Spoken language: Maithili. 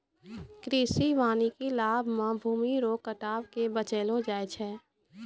कृषि वानिकी लाभ मे भूमी रो कटाव के बचैलो जाय छै